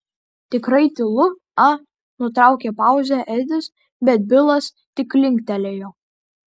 tikrai tylu a nutraukė pauzę edis bet bilas tik linktelėjo